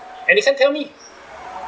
and they can't tell me